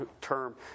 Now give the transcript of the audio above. term